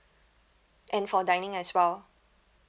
and for dining as well